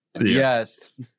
Yes